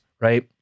right